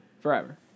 Forever